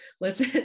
Listen